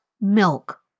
Milk